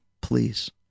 please